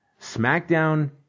SmackDown